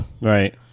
Right